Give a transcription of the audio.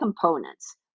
components